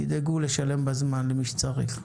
תדאגו לשלם בזמן למי שצריך.